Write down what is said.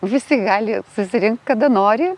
visi gali susirinkt kada nori